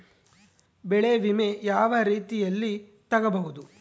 ಬೆಳೆ ವಿಮೆ ಯಾವ ರೇತಿಯಲ್ಲಿ ತಗಬಹುದು?